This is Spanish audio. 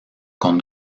con